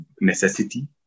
necessity